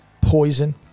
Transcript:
poison